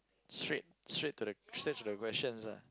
straight straight to the straight to the questions lah